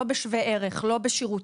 לא בשווה ערך, לא בשירותים.